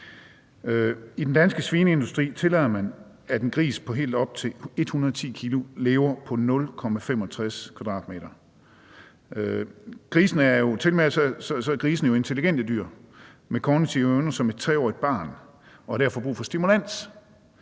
I den danske svineindustri tillader man, at en gris på helt op til 110 kg lever på 0,65 m2. Tilmed er grisene jo intelligente dyr med kognitive evner som et 3-årigt barn og har derfor brug for stimulans.